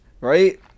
right